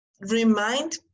remind